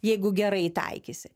jeigu gerai taikysi